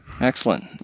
Excellent